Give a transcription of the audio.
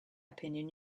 opinion